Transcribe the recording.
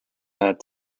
had